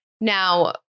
Now